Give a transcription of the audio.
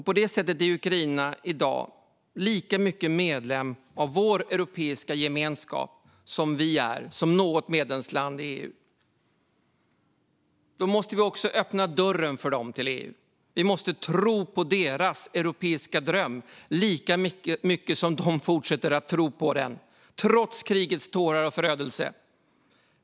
På det sättet är Ukraina i dag lika mycket medlem av vår europeiska gemenskap som vi eller något annat medlemsland i EU. Därför måste vi också öppna dörren för dem till EU. Vi måste tro på deras europeiska dröm lika mycket som de fortsätter att tro på den, trots krigets tårar och förödelse.